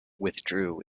withdrew